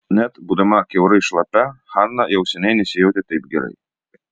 net būdama kiaurai šlapia hana jau seniai nesijautė taip gerai